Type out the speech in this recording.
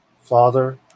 Father